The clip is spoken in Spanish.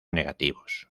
negativos